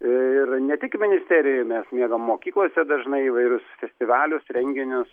ir ne tik ministerijoj mes miegam mokyklose dažnai įvairius festivalius renginius